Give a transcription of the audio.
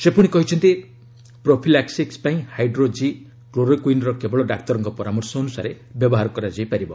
ସେ ପୁଣି କହିଛନ୍ତି ପ୍ରୋଫିଲାକ୍ୱିସ୍ ପାଇଁ ହାଇଡ୍ରୋ ଜି କ୍ଲୋରୋକୁଇନ୍ର କେବଳ ଡାକ୍ତରଙ୍କ ପରାମର୍ଶ ଅନୁସାରେ ବ୍ୟବହାର କରାଯାଇ ପାରିବ